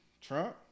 Trump